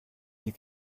you